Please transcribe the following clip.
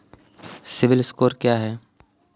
CIBIL score क्या है?